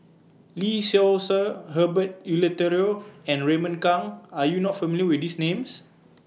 Lee Seow Ser Herbert Eleuterio and Raymond Kang Are YOU not familiar with These Names